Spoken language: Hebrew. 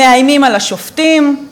מאיימים על השופטים: